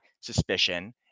suspicion